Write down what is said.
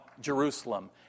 Jerusalem